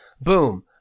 boom